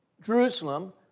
Jerusalem